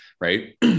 right